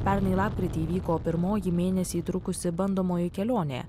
pernai lapkritį įvyko pirmoji mėnesį trukusi bandomoji kelionė